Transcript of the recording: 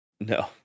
No